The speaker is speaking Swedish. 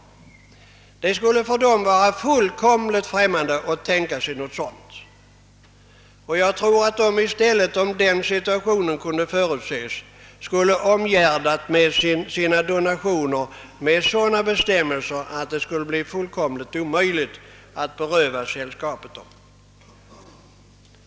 Det skulle för dem ha varit fullkomligt främmande att tänka sig något sådant. Om de hade kunnat förutse den situationen skulle de nog ha omgärdat sina donationer med sådana bestämmelser, att det hade blivit omöjligt att beröva sällskapet dessa fonder.